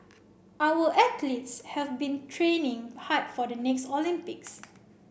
our athletes have been training hard for the next Olympics